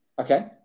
Okay